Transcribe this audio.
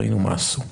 ראינו מה עשו.